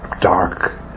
dark